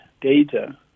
data